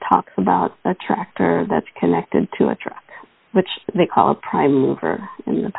talks about a tractor that's connected to a truck which they call a prime mover in the